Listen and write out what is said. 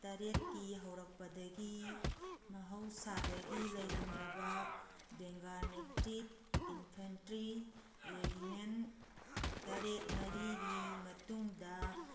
ꯇꯔꯦꯠꯀꯤ ꯍꯧꯔꯛꯄꯗꯒꯤ ꯃꯍꯧꯁꯥꯗꯒꯤ ꯂꯩꯔꯝꯂꯕ ꯕꯦꯡꯒꯥꯟꯅꯦꯇꯤꯕ ꯏꯟꯐꯦꯟꯇ꯭ꯔꯤ ꯔꯦꯒꯤꯃꯦꯟ ꯇꯔꯦꯠ ꯃꯔꯤꯒꯤ ꯃꯇꯨꯡꯗ